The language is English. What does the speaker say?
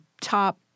top